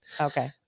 Okay